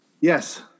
Yes